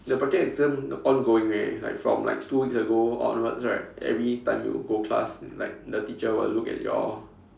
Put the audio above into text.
the practical exam ongoing already like from like two weeks ago onwards right every time you go class like the teacher will look at your